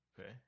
Okay